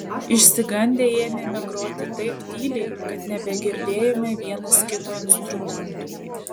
išsigandę ėmėme groti taip tyliai kad nebegirdėjome vienas kito instrumentų